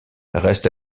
reste